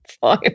fine